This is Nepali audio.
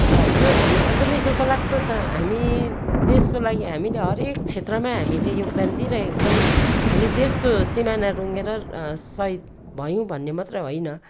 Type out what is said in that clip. र यो हामीलाई एकदमै दुःख लाग्छ छ हामी देशको लागि हामीले हरेक क्षेत्रमै हामीले योगदान दिइरहेको छौँ नि हामी देशको सिमाना रुँगेर सहिद भयौँ भन्ने मात्र होइन